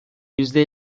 yüzde